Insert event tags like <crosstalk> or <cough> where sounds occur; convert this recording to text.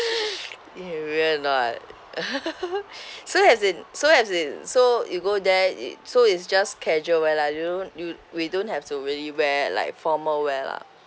<laughs> you real or not <laughs> so as in so as in so you go there it's so is just casual wear lah you don't you we don't have to really wear like formal wear lah